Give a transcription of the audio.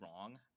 wrong